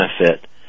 benefit